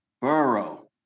Burrow